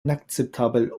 inakzeptabel